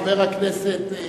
כל חברי הכנסת,